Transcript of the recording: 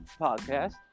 podcast